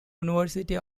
university